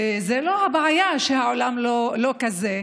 זו לא הבעיה שהעולם לא כזה.